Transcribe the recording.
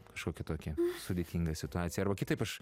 kažkokią tokią sudėtingą situaciją o kitaip aš